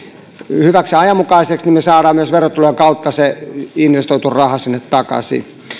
hyväksi ja ajanmukaiseksi niin me saamme myös verotulojen kautta sen investoidun rahan takaisin